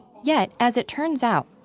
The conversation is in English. yet, as it turns out,